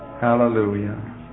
hallelujah